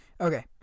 Okay